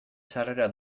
sarrera